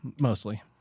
mostly